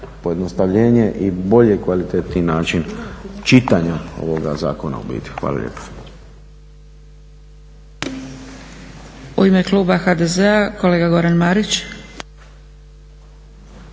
pojednostavljenje i bolji i kvalitetniji način čitanje ovoga zakona u biti. Hvala lijepa.